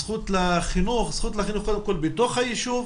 זכות לחינוך קודם כל בתוך היישוב,